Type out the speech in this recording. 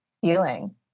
feeling